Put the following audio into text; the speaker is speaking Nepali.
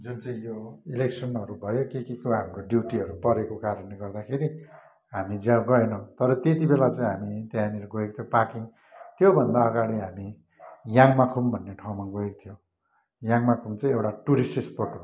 जुन चाहिँ यो इलेक्सनहरू भयो के के को हाम्रो ड्युटीहरू परेको कारणले गर्दाखेरि हामी जा गएनौँ तर त्यति बेला चाहिँ हामी त्यहाँनिर गएका थियौँ पाक्किम त्योभन्दा अगाडि हामी याङमाकुम भन्ने ठाउँमा गएको थियो याङमाकुम चाहिँ एउटा टुरिस्ट स्पोट हो